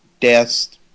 desk